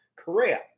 Korea